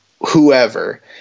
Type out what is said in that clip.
whoever